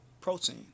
protein